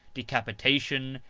decapitation,